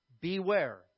Beware